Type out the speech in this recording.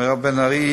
מירב בן ארי,